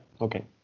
okay